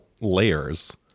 layers